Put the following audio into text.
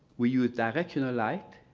we use directional light,